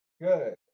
Good